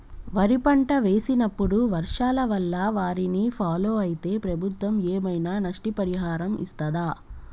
వరి పంట వేసినప్పుడు వర్షాల వల్ల వారిని ఫాలో అయితే ప్రభుత్వం ఏమైనా నష్టపరిహారం ఇస్తదా?